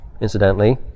incidentally